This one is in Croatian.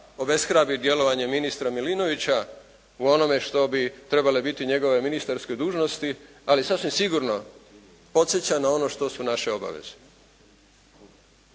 obeshrabi djelovanje ministra Milinovića u onome što bi trebale biti njegove ministarske dužnosti, ali sasvim sigurno podsjeća na ono što su naše obaveze